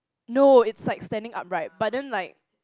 no it's like standing up right but then like